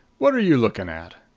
what are you looking at?